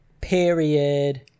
period